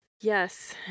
Yes